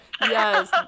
Yes